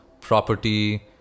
property